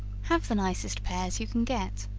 have the nicest pears you can get,